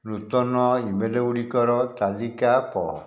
ନୂତନ ଇମେଲ ଗୁଡ଼ିକର ତାଲିକା ପ